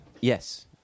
Yes